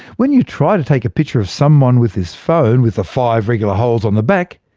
when you try to take a picture of someone with this phone with the five regular holes on the back,